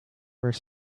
were